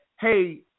Hey